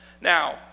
Now